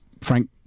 Frank